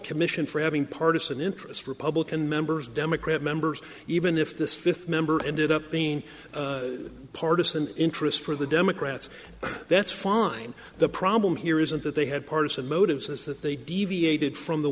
commission for having partisan interests republican members democrat members even if this fifth member ended up being partisan interest for the democrats that's fine the problem here isn't that they had partisan motives as that they deviated from the